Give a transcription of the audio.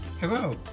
Hello